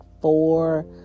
four